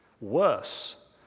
Worse